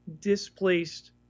displaced